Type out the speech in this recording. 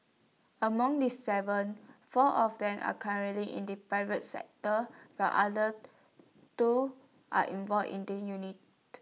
among the Seven four are of them are currently in the private sector while other two are involved in the union